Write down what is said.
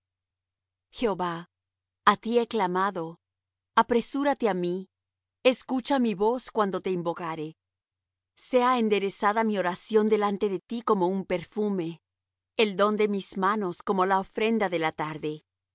jehova á ti he clamado apresúrate á mí escucha mi voz cuando te invocare sea enderezada mi oración delante de ti como un perfume el don de mis manos como la ofrenda de la tarde